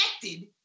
affected